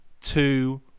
two